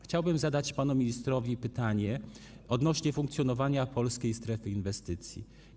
Chciałbym zadać panu ministrowi pytanie odnośnie do funkcjonowania Polskiej Strefy Inwestycji.